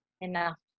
enough